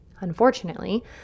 Unfortunately